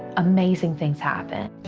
amazing things happen.